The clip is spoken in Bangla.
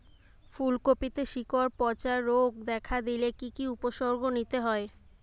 ফুলকপিতে শিকড় পচা রোগ দেখা দিলে কি কি উপসর্গ নিতে হয়?